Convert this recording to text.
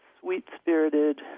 sweet-spirited